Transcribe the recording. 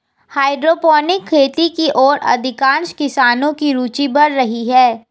hydroponic खेती की ओर अधिकांश किसानों की रूचि बढ़ रही है